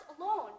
alone